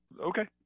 Okay